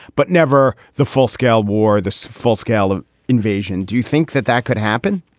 but never the full scale war, the so full scale invasion. do you think that that could happen?